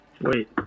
Wait